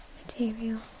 material